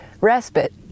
respite